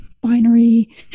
binary